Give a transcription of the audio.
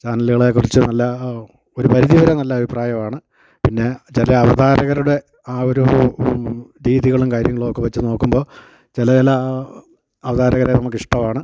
ചാനലുകളെക്കുറിച്ച് നല്ല ഒരു പരിധിവരെ നല്ല അഭിപ്രായമാണ് പിന്നെ ചില അവതാരകരുടെ ആ ഒരു രീതികളും കാര്യങ്ങളുമൊക്കെ വെച്ചു നോക്കുമ്പോൾ ചില ചില അവതാരകരെ നമുക്കിഷ്ടമാണ്